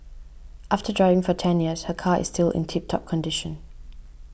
after driving for ten years her car is still in tip top condition